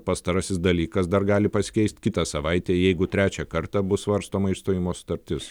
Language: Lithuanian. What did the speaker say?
pastarasis dalykas dar gali pasikeist kitą savaitę jeigu trečią kartą bus svarstoma išstojimo sutartis